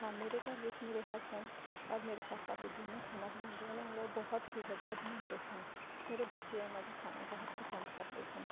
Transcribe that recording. ਹਾਂ ਮੇਰੇ ਘਰ ਵਿੱਚ ਮੇਰੇ ਹਸਬੈਂਡ ਔਰ ਮੇਰੇ ਪਾਪਾ ਵੀ ਦੋਨੋਂ ਖਾਣਾ ਬਣਾਉਂਦੇ ਹਨ ਔਰ ਉਹ ਬਹੁਤ ਹੀ ਵਧੀਆ ਬਣਾਉਂਦੇ ਹਨ ਮੇਰੇ ਬੱਚੇ ਉਹਨਾਂ ਦਾ ਖਾਣਾ ਬਹੁਤ ਪਸੰਦ ਕਰਦੇ ਹਨ